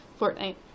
Fortnite